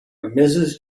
mrs